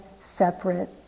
separate